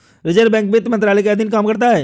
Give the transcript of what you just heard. reserve bank वित्त मंत्रालय के अधीन काम करता है